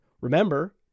Remember